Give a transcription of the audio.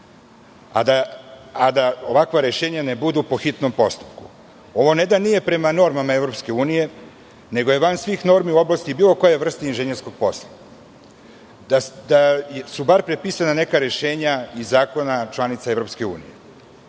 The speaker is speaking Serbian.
a da ovakva rešenja ne budu po hitnom postupku. Ovo ne da nije prema normama EU, nego je van svih normi u oblasti bilo koje vrste inženjerskog posla. Da su bar prepisali neka rešenja iz zakona članica EU.U